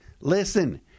listen